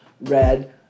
red